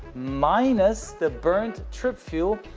minus the burnt trip fuel,